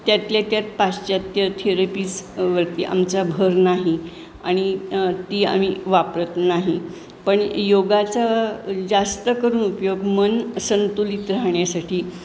त्यातल्या त्यात पाश्चात्य थेरपीज वरती आमचा भर नाही आणि ती आम्ही वापरत नाही पण योगाचा जास्त करून उपयोग मन संतुलित राहण्यासाठी